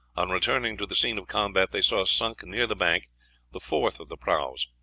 on returning to the scene of combat, they saw sunk near the bank the fourth of the prahus.